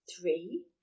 three